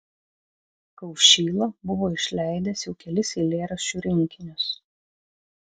kaušyla buvo išleidęs jau kelis eilėraščių rinkinius